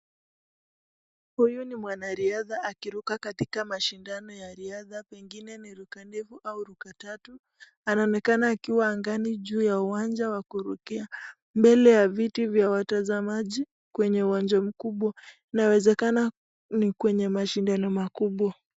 Huyu ni mwanariadha akiruka katika mashindano ya riadha pengine ni ruka ndefu au ruka tatu. Anaonekana akiwa angani juu ya uwanja wa kurukia mbele ya viti vya watazamaji kwenye uwanja mkubwa inawezekana ni kwenye mashindano makubwa.